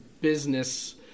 business